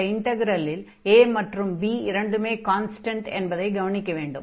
இந்த இன்டக்ரலில் a மற்றும் b இரண்டுமே கான்ஸ்டன்ட் என்பதை கவனிக்க வேண்டும்